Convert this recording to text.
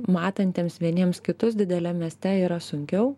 matantiems vieniems kitus dideliam mieste yra sunkiau